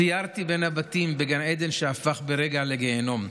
סיירתי בין הבתים, בגן עדן שהפך ברגע לגיהינום.